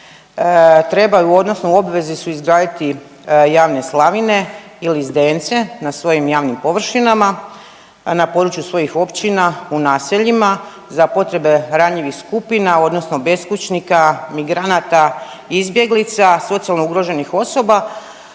trebaju odnosno u obvezi su izgraditi javne slavine ili zdence na svojim javnim površinama, a na području svojih općina u naseljima za potrebe ranjivih skupina odnosno beskućnika, migranata, izbjeglica, socijalno ugroženih osoba,